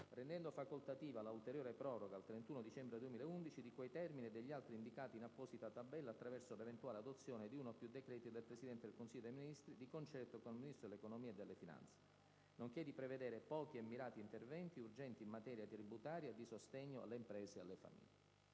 rendendo facoltativa la ulteriore proroga al 31 dicembre 2011 di quei termini e degli altri indicati in apposita tabella attraverso l'eventuale adozione di uno o più decreti del Presidente del Consiglio dei Ministri di concerto con il Ministro dell'economia e delle finanze; nonché di prevedere pochi e mirati interventi urgenti in materia tributaria e di sostegno alle imprese e alle famiglie.